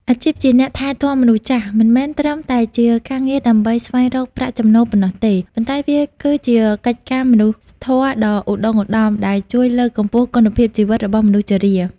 អាជីពជាអ្នកថែទាំមនុស្សចាស់មិនមែនត្រឹមតែជាការងារដើម្បីស្វែងរកប្រាក់ចំណូលប៉ុណ្ណោះទេ ប៉ុន្តែវាគឺជាកិច្ចការមនុស្សធម៌ដ៏ឧត្តុង្គឧត្តមដែលជួយលើកកម្ពស់គុណភាពជីវិតរបស់មនុស្សជរា។